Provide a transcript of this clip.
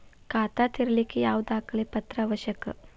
ಖಾತಾ ತೆರಿಲಿಕ್ಕೆ ಯಾವ ದಾಖಲೆ ಪತ್ರ ಅವಶ್ಯಕ?